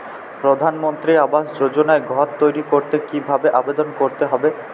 প্রধানমন্ত্রী আবাস যোজনায় ঘর তৈরি করতে কিভাবে আবেদন করতে হবে?